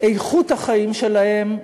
איכות החיים שלהם,